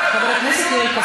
ככה.